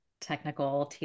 technical